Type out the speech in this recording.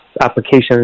applications